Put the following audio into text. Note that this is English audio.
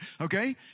okay